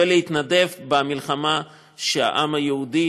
ולהתנדב במלחמה שהעם היהודי